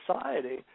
society –